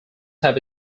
have